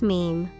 Meme